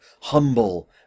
humble